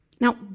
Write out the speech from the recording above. Now